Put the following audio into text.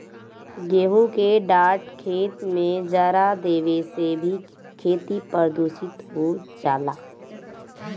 गेंहू के डाँठ खेत में जरा देवे से भी खेती प्रदूषित हो जाला